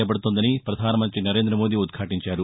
చేపడుతోందని పధానమంతి నరేంద మోదీ ఉద్భాటించారు